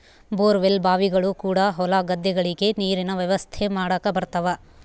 bore well ಬಾವಿಗಳು ಕೂಡ ಹೊಲ ಗದ್ದೆಗಳಿಗೆ ನೀರಿನ ವ್ಯವಸ್ಥೆ ಮಾಡಕ ಬರುತವ